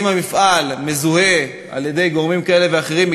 אם המפעל מזוהה על-ידי גורמים כאלה ואחרים,